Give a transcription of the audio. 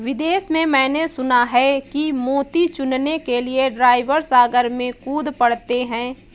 विदेश में मैंने सुना है कि मोती चुनने के लिए ड्राइवर सागर में कूद पड़ते हैं